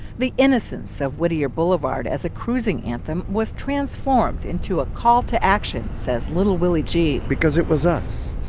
the innocence of whittier blvd. as a cruising anthem was transformed into a call to action, says little willie g because it was us.